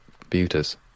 computers